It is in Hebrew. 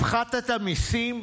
הפחתת מיסים?"